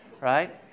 Right